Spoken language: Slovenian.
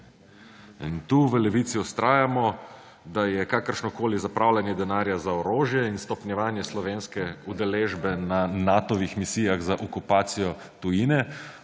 Tukaj v Levici vztrajajmo, da je kakršnokoli zapravljanje denarja za orožje in stopnjevanje slovenske udeležbe na Natovih misijah za okupacijo tujine